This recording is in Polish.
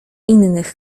innych